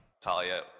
Talia